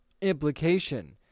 implication